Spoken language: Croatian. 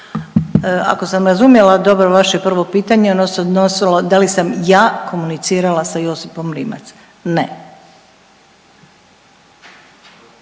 Ako sam razumjela dobro vaše prvo pitanje ono se odnosilo da li sam ja komunicirala sa Josipom Rimac, ne.